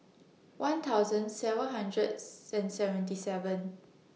one thousand seven hundred Sin seventy seven